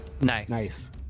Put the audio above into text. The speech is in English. Nice